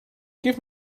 give